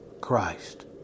Christ